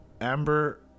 Amber